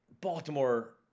Baltimore